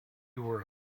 were